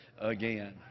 again